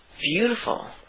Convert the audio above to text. beautiful